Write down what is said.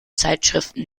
zeitschriften